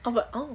I'm like oh